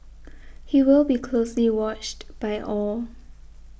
he will be closely watched by all